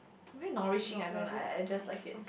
very nourishing I don't know I just like it